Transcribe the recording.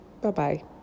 bye-bye